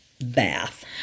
bath